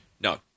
No